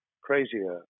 crazier